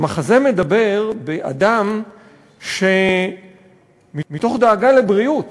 המחזה מדבר על אדם שמתוך דאגה לבריאות